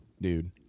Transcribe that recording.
dude